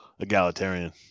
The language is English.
egalitarian